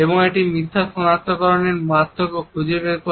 এবং একটি মিথ্যা শনাক্তকরণ এর মধ্যে পার্থক্য খুঁজে বের করে